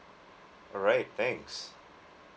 alright thanks